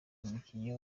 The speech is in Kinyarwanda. umukinnyi